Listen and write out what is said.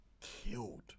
Killed